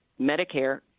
Medicare